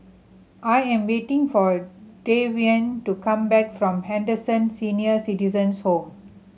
I am waiting for Devyn to come back from Henderson Senior Citizens' Home